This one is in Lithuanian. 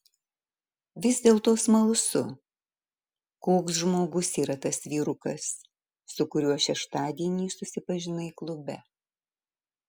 vis dėlto smalsu koks žmogus yra tas vyrukas su kuriuo šeštadienį susipažinai klube